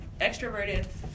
extroverted